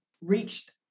reached